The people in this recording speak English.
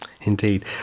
Indeed